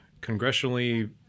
congressionally